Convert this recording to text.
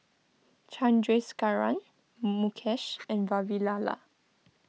Chandrasekaran Mukesh and Vavilala